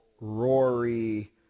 Rory